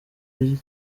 ari